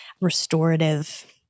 restorative